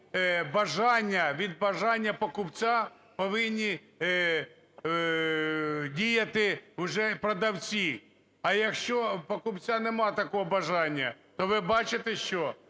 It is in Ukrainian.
Від бажання покупця повинні діяти вже продавці. А якщо у покупця нема такого бажання, то ви бачите, що?